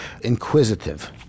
inquisitive